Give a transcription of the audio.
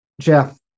Jeff